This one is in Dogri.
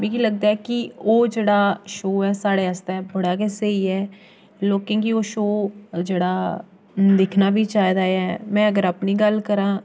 मिगी लगदा ऐ कि ओह् जेह्ड़ा शो ऐ साढ़े आस्तै बड़ा गै स्हेई ऐ लोकें गी ओह् शो जेह्ड़ा दिक्खना बी चाहि्दा ऐ में अगर अपनी गल्ल करांऽ